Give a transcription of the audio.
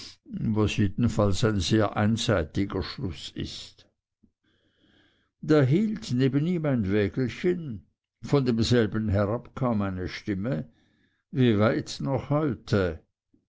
was jedenfalls ein sehr einseitiger schluß ist da hielt neben ihm ein wägelchen von demselben herab kam eine stimme wieweit noch heute